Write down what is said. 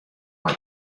our